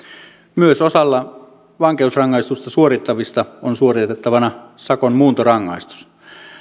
myös osalla vankeusrangaistusta suorittavista on suoritettavanaan sakon muuntorangaistus